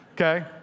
okay